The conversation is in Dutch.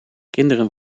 kinderen